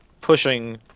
pushing